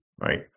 right